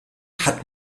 hat